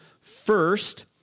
First